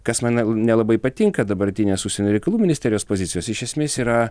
kas man nelabai patinka dabartinės užsienio reikalų ministerijos pozicijos iš esmės yra